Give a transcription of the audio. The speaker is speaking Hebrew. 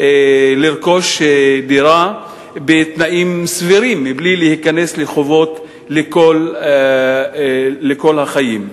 לרכוש דירה בתנאים סבירים מבלי להיכנס לחובות לכל החיים.